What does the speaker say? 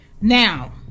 Now